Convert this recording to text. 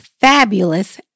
fabulous